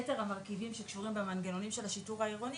יתר המרכיבים שקשורים במנגנונים של השיטור העירוני